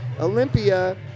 Olympia